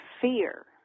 fear